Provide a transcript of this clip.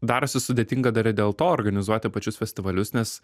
darosi sudėtinga dar ir dėl to organizuoti pačius festivalius nes